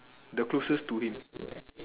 the closest to him